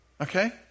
Okay